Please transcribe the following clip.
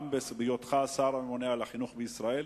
גם בהיותך השר הממונה על החינוך בישראל,